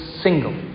single